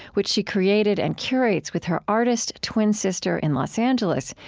which she created and curates with her artist twin sister in los angeles,